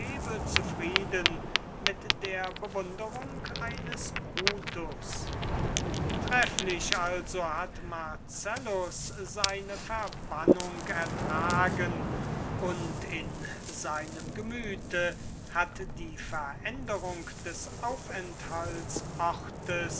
zufrieden mit der bewunderung eines brutus trefflich also hat marcellus seine verbannung ertragen und in seinem gemüthe hat die veränderung des